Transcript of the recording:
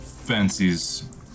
fancies